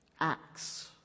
acts